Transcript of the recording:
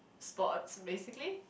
sports basically